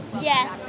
Yes